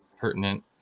pertinent